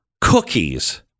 cookies